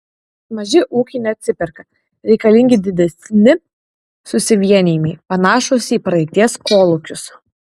maži ūkiai neatsiperka reikalingi didesni susivienijimai panašūs į praeities kolūkius